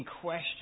question